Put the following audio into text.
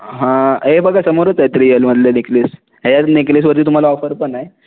हां हे बघा समोरच आहेत रिअलमधले नेकलेस या नेकलेसवरती तुम्हाला ऑफर पण आहे